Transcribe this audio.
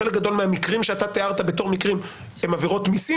חלק גדול מהמקרים שאתה תיארת כמקרים הם עבירות מיסים